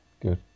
Good